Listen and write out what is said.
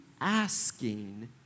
asking